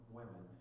women